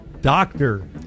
doctor